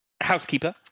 housekeeper